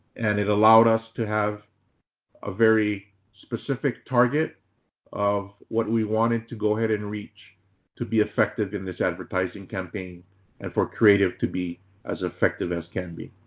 and it allowed us to have a very specific target of what we wanted to go ahead and reach to be effective in this advertising campaign and for creative to be as effective as can be.